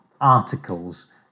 articles